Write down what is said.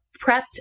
prepped